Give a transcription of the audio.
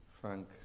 Frank